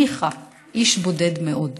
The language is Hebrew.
מיכה, איש בודד מאוד.